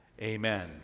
amen